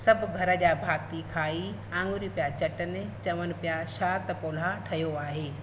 सभु घर जा भाती खाई आङुरी पिया चटनि चवनि पिया छा त पुलाउ ठहियो आहे